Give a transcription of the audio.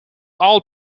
all